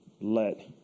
let